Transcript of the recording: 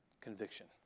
conviction